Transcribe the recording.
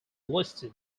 listed